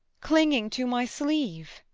clinging to my sleeve?